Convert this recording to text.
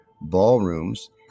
ballrooms